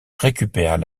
récupèrent